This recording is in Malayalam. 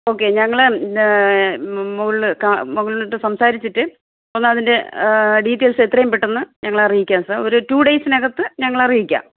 ഓക്കെ ഞങ്ങൾ മുകളിൽ മുകളിലോട്ട് സംസാരിച്ചിട്ട് ഒന്നതിൻ്റെ ഡീറ്റെയിൽസ് എത്രയും പെട്ടെന്ന് ഞങ്ങൾ അറിയിക്കാം സാർ ഒരു ടൂ ഡേയ്സിന് അകത്ത് ഞങ്ങൾ അറിയിക്കാം